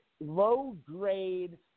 low-grade